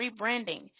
rebranding